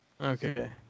Okay